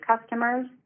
customers